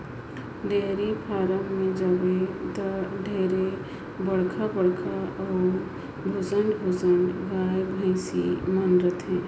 dairy farm में जाबे त ढेरे बड़खा बड़खा अउ भुसंड भुसंड गाय, भइसी मन रथे